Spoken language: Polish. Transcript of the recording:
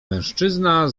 mężczyzna